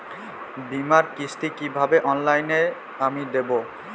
বীমার কিস্তি কিভাবে অনলাইনে আমি দেবো?